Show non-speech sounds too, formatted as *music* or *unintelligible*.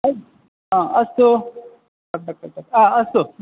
अस् अ अस्तु *unintelligible* अ अस्तु